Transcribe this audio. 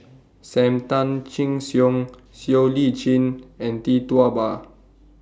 SAM Tan Chin Siong Siow Lee Chin and Tee Tua Ba